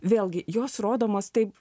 vėlgi jos rodomos taip